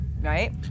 right